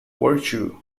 virtue